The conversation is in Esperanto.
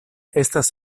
estas